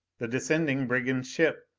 the descending brigand ship!